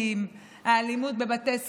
לאלימות בבתי חולים,